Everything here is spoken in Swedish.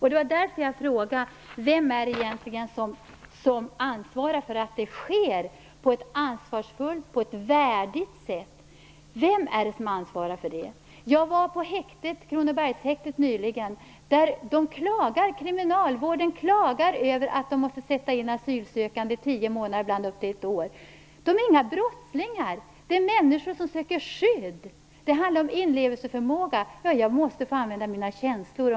Det var därför jag frågade: Vem är det egentligen som ansvarar för att det sker på ett ansvarsfullt och värdigt sätt? Vem är det som ansvarar för det? Jag var på Kronobergshäktet nyligen. Kriminalvården klagar över att man måste sätta asylsökande i häkte i tio månader och ibland upp till ett år. De asylsökande är inga brottslingar. Det är människor som söker skydd. Det handlar om inlevelseförmåga. Jag måste få använda mina känslor.